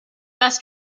best